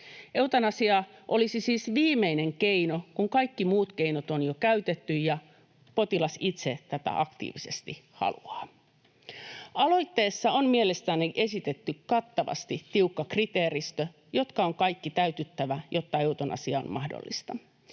Eutanasia olisi siis viimeinen keino, kun kaikki muut keinot on jo käytetty ja potilas itse tätä aktiivisesti haluaa. Aloitteessa on mielestäni esitetty kattavasti tiukka kriteeristö, jonka ehtojen on kaikkien täytyttävä, jotta eutanasia on mahdollista.